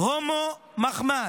"הומו מחמד".